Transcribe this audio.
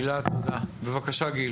גיל, בבקשה.